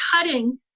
cutting